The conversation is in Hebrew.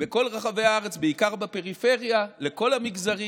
בכל רחבי הארץ, בעיקר בפריפריה, לכל המגזרים,